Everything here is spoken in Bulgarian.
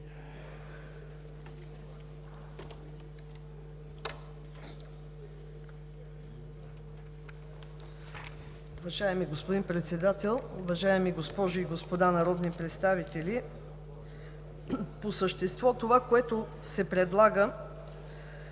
Уважаеми господин Председател, уважаеми госпожи и господа народни представители! По същество това, което се предлага